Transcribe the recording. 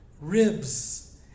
ribs